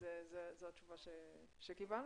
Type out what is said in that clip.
זו התשובה שקיבלנו.